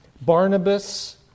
Barnabas